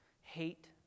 hate